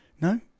No